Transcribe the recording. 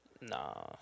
Nah